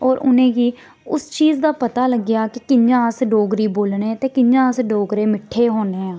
होर उ'नेंगी उस चीज दा पता लगेआ कि कि'यां अस डोगरी बोलने ते कि'यां अस डोगरे मिट्ठे होने आं